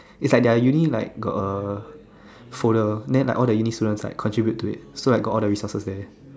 is like their uni like got a folder then like all the uni students like contribute to it so I got all the resources there